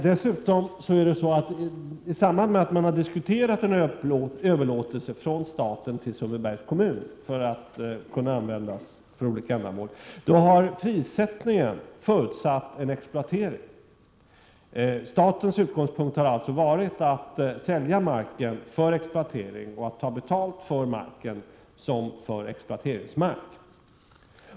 Dessutom är det på det viset att man i samband med att man diskuterat en överlåtelse av marken från staten till Sundbybergs kommun, så att den skall kunna användas för olika ändamål, har förutsatt en exploatering vid prissättningen. Statens utgångspunkt har alltså varit att sälja marken för exploatering och att få betalt för marken som för exploateringsmark.